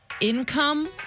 income